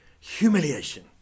humiliation